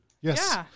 Yes